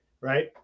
Right